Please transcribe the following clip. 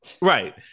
Right